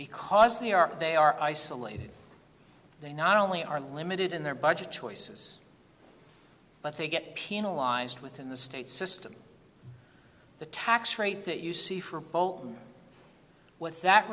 because they are they are isolated they not only are limited in their budget choices but they get penalized within the state system the tax rate that you see for both what that